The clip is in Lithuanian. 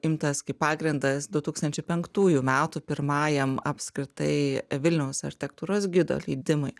imtas kaip pagrindas du tūkstančiai penktųjų metų pirmajam apskritai vilniaus architektūros gido leidimui